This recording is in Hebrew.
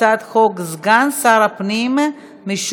הצעת חוק חניה לנכים (תיקון מס'